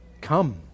come